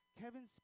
Kevin